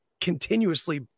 continuously